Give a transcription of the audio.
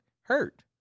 Hurt